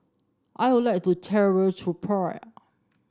I would like to travel to Praia